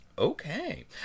Okay